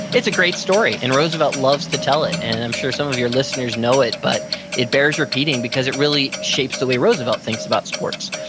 it's a great story, and roosevelt loves to tell it and i'm sure some of your listeners know it, but it bears repeating, because it really shapes the way roosevelt thinks about sports.